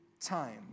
time